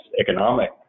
economic